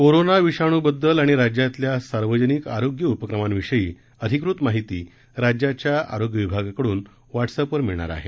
corona विषाणू बद्दल व राज्यातल्या सार्वजनिक आरोग्य उपक्रमांविषयी अधिकृत माहिती राज्याच्या आरोग्य विभागाकडून व्हॉट्सअपवर मिळणार आहे